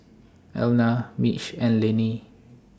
Elna Mitch and Lenny